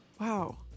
Wow